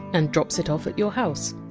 and drops it off at your house.